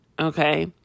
Okay